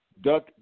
Duck